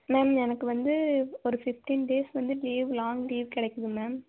ma'am எனக்கு வந்து ஒரு ஃபிஃப்டீன் டேஸ் வந்து லீவ் லாங் லீவ் கிடக்கிது மேம்